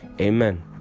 Amen